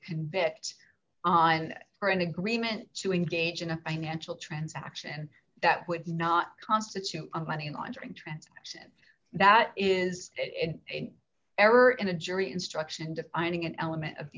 convict on or an agreement to engage in a financial transaction that would not constitute a money laundering transaction that is in error in a jury instruction defining an element of